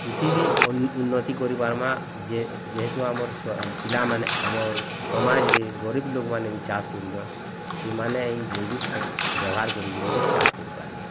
ଏଥିବି ଉନ୍ନତି କରିବା ମା ଯେ ଯେହେତୁ ଆମର୍ ଛୁଆ ପିଲାମାନେ ଆମର୍ ସମାଜରେ ଗରିବ୍ ଲୋକ୍ମାନେ ବି ଚାଷ୍ କରୁଛନ୍ ସେମାନେ ଏଇ ଜୈବିକ୍ କ୍ଷତ୍ ବ୍ୟବହାର୍ କରିକିର ବି ଚାଷ୍ କରିପାରିବେ